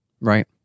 Right